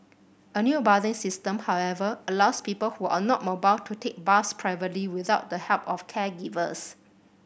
a new bathing system however allows people who are not mobile to take baths privately without the help of caregivers